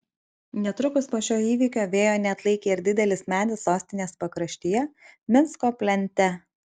netrukus po šio įvykio vėjo neatlaikė ir didelis medis sostinės pakraštyje minsko plente